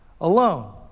alone